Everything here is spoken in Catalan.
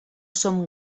som